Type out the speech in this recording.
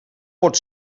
pot